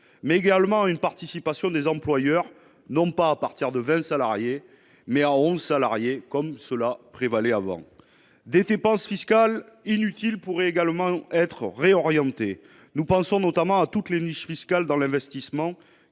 mais également une participation des employeurs, non pas à partir de 20 salariés mais en salariés comme cela prévalait avant des dépenses fiscales inutiles, pourraient également être réorientée nous pensons notamment à toutes les niches fiscales dans l'investissement